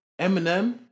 Eminem